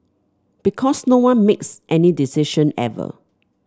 because no one makes any decision ever